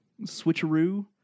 switcheroo